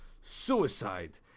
suicide